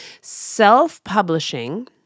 self-publishing